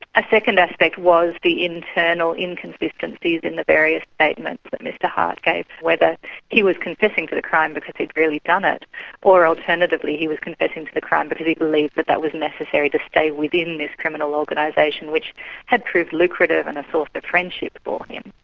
a second aspect was the internal inconsistencies in the various statements but that mr hart gave, whether he was confessing to the crime because he'd really done it or alternatively he was confessing to the crime because he believed that that was necessary to stay within this criminal organisation which had proved lucrative and a source of friendship for him.